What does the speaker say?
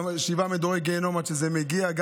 שבעה מדורי גיהינום עד שזה מגיע,